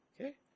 Okay